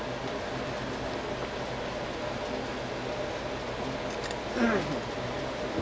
मुर्गे रक्खे दे होंदे जि'नें तां ओह् केह् करदे पैह्ले नम्बर इक गड्डी होंदी गड्डिया च जाली लग्गी दी होंदी ओह्दे बिच्च